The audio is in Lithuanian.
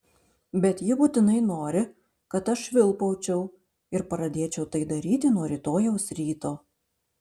bet ji būtinai nori kad aš švilpaučiau ir pradėčiau tai daryti nuo rytojaus ryto